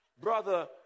brother